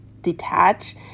detach